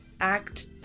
act